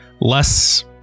less